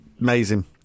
Amazing